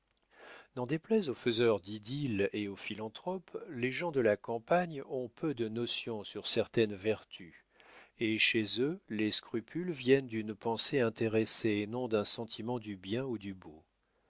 n'en déplaise aux faiseurs d'idylles ou aux philanthropes les gens de la campagne ont peu de notions sur certaines vertus et chez eux les scrupules viennent d'une pensée intéressée et non d'un sentiment du bien ou du beau